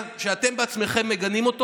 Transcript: אני לא יודע אם אתה מכיר את הסרטון,